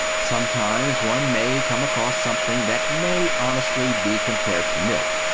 some times one may come across something that may honestly be compared to milk,